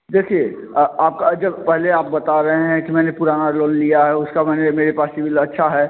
देखिए आपका जब पहले आप बात रहे हैं कि मैंने पुराना लोन लिया है उसका मैंने मेरे पास सिबिल अच्छा है